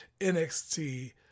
NXT